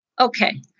Okay